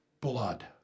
blood